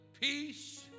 Peace